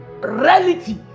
reality